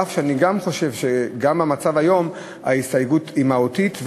אף שאני חושב שגם במצב היום ההסתייגות היא מהותית.